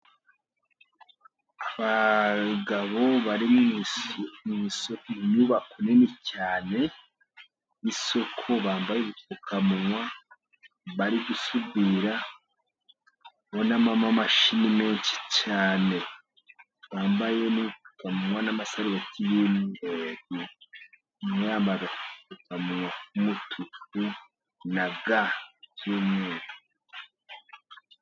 Abagabo bari mu nyubako nini cyane y'isoko bambaye apfukamunywa, bari gusudira ndabonamo n'amashini menshi cyane, bambaye n'agapfukamunywa n'amasarubeti y' umweru. Umwe yambaye agapfukamunywa k'umutuku na ga.